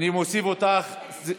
אני מוסיף אותך,